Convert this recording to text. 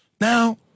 now